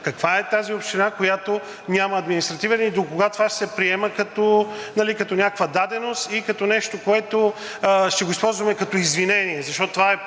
каква е тази община, която няма административен, и докога това ще се приема като някаква даденост и като нещо, което ще го използваме като извинение,